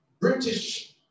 British